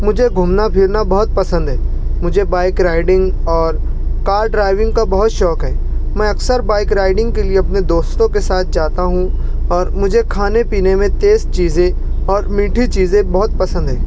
مجھے گھومنا پھرنا بہت پسند ہے مجھے بائک رائڈنگ اور کار ڈرائیونگ کا بہت شوق ہے میں اکثر بائک رائڈنگ کے لیے اپنے دوستوں کے ساتھ جاتا ہوں اور مجھے کھانے پینے میں تیز چیزیں اور میٹھی چیزیں بہت پسند ہیں